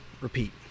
repeat